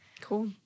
Cool